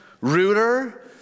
ruder